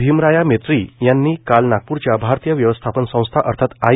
भीमराया मेत्री यांनी काल नागपूरच्या भारतीय व्यवस्थापन संस्था अर्थात आई